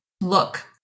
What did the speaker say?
look